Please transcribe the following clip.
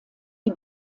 die